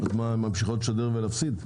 הן ממשיכות לשדר ולהפסיד?